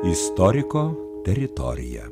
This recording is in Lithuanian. istoriko teritorija